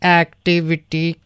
activity